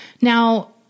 Now